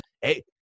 hey